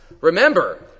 remember